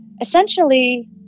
Essentially